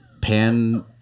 Pan